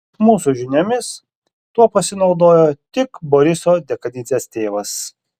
mūsų žiniomis tuo pasinaudojo tik boriso dekanidzės tėvas